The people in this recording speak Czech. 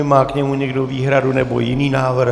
Má k němu někdo výhradu, nebo jiný návrh?